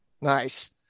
Nice